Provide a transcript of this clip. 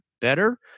better